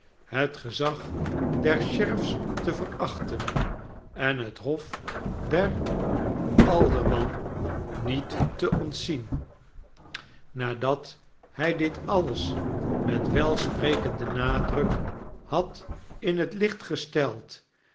het gezag der sheriffs te verachten en het hof der aldermen niet te ontzien nadat hij dit alles met welsprekenden nadruk had in het licht gesteld